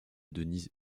denise